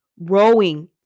rowing